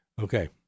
Okay